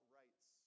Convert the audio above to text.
rights